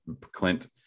Clint